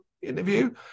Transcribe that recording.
interview